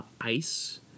ice